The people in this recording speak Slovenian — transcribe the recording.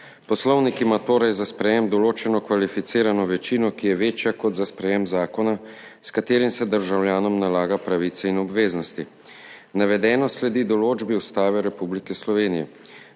Poslovnik ima torej za sprejetje določeno kvalificirano večino, ki je večja kot za sprejetje zakona, s katerim se državljanom nalaga pravice in obveznosti. Navedeno sledi določbi Ustave Republike Slovenije,